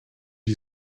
you